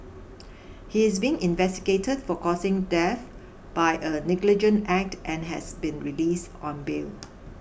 he is being investigated for causing death by a negligent act and has been release on bail